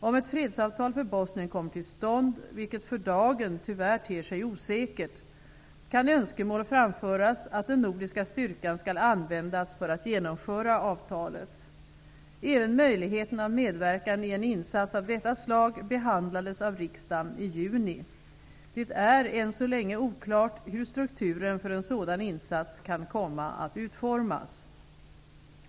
Om ett fredsavtal för Bosnien kommer till stånd, vilket för dagen tyvärr ter sig osäkert, kan önskemål framföras att den nordiska styrkan skall användas för att genomföra avtalet. Även möjligheten av medverkan i en insats av detta slag behandlades av riksdagen i juni. Det är än så länge oklart hur strukturen för en sådan insats kan komma att utformas.